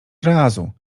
razu